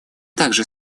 также